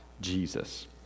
jesus